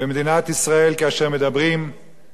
כאשר מדברים על עם,